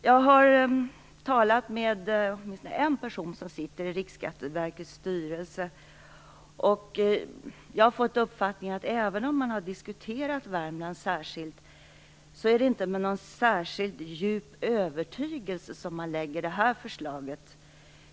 Jag har talat med åtminstone en person som sitter i Riksskatteverkets styrelse. Jag har fått uppfattningen att det inte är med någon särskilt djup övertygelse som man lägger fram detta förslag, även om man har diskuterat Värmland särskilt.